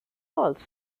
waltz